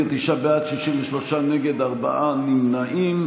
ארבעה נמנעים.